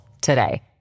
today